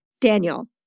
Daniel